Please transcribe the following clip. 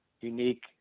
unique